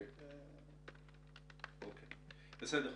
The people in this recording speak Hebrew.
בסדר.